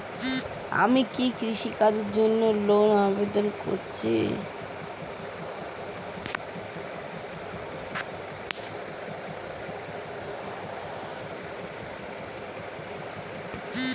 আমি কি কৃষিকাজের জন্য লোনের আবেদন করব?